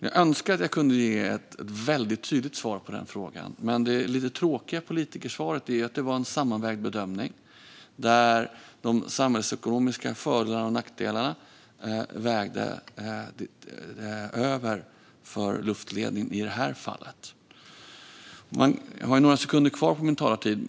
Jag önskar att jag kunde ge ett väldigt tydligt svar på den frågan. Men det lite tråkiga politikersvaret är att det var en sammanvägd bedömning och att de samhällsekonomiska fördelarna med luftledningen vägde tyngre än nackdelarna i det här fallet. Jag har några sekunder kvar på min talartid.